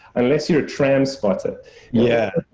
unless you're a transporter yeah.